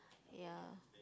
ya